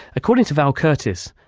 according to val curtis,